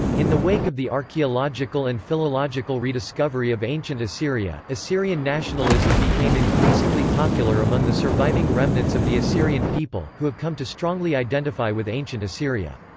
in the wake of the archaeological and philological rediscovery of ancient assyria, assyrian nationalism became increasingly popular among the surviving remnants of the assyrian people, who have come to strongly identify with ancient assyria.